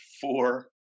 four